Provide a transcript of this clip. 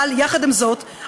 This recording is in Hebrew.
יחד עם זאת,